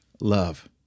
Love